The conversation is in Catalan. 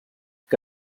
que